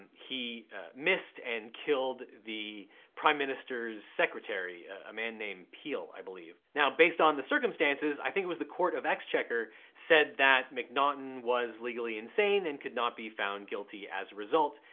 he missed and killed the prime minister's secretary. a man named peale, i believe. now based on the circumstances, i think it was the court of exchequer said that m'naughten was legally insane and could not be found guilty as a result.